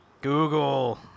Google